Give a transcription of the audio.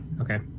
Okay